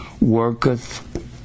worketh